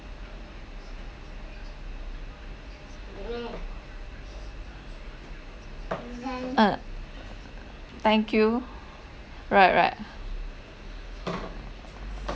ah thank you right right